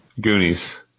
Goonies